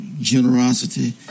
generosity